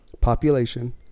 population